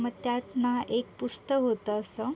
मग त्यात ना एक पुस्तक होतं असं